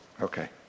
Okay